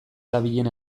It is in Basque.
dabilen